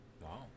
Wow